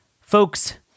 Folks